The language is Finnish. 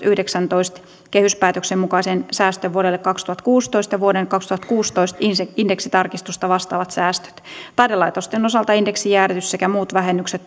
yhdeksäntoista kehyspäätöksen mukaisen säästön vuodelle kaksituhattakuusitoista ja vuoden kaksituhattakuusitoista indeksitarkistusta vastaavat säästöt taidelaitosten osalta indeksijäädytys sekä muut vähennykset